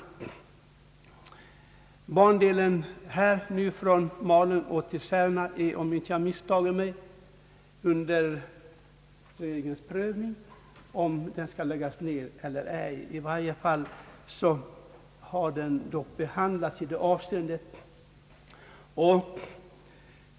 Frågan om nedläggning av bandelen Malung—Särna är, om jag inte misstar mig, under regeringens prövning. I varje fall är frågan föremål för överväganden.